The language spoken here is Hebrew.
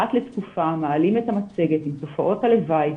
אחת לתקופה מעלים את המצגת עם תופעות הלוואי,